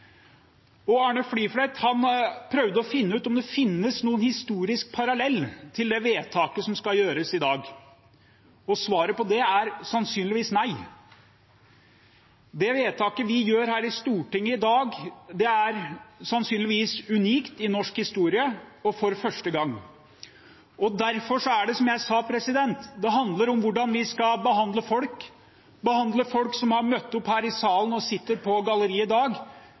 Arne Fliflet prøvde å finne ut om det finnes noen historisk parallell til det vedtaket som skal gjøres i dag, og svaret på det er sannsynligvis nei. Det vedtaket vi gjør her i Stortinget i dag, er sannsynligvis unikt i norsk historie og for første gang. Derfor handler det, som jeg sa, om hvordan vi skal behandle folk, behandle folk som har møtt opp her og sitter på galleriet i dag,